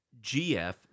gf